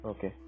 Okay